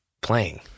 playing